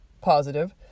positive